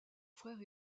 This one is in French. frère